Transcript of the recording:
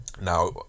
now